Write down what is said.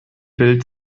bild